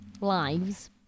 lives